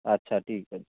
ଆଚ୍ଛା ଠିକ୍ ଅଛି